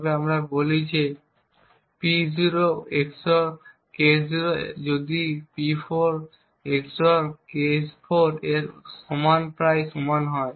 তবে আমরা বলি যে P0 XOR K0 যদি P4 XOR K4 এর প্রায় সমান হয়